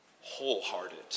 wholehearted